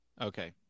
Okay